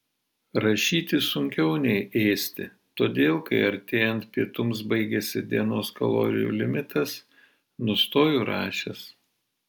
rašyti sunkiau nei ėsti todėl kai artėjant pietums baigiasi dienos kalorijų limitas nustoju rašęs